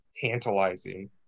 tantalizing